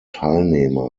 teilnehmer